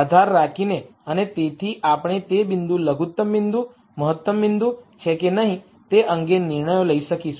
આધાર રાખીને અને તેથી આપણે તે બિંદુ લઘુત્તમ બિંદુ મહત્તમ બિંદુ છે કે નહીં તે અંગે નિર્ણયો લઈ શકીએ